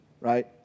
right